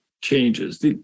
changes